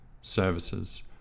services